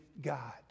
God